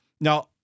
Now